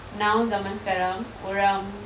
now zaman sekarang orang